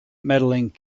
medaling